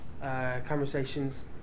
conversations